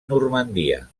normandia